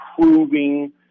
proving